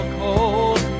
cold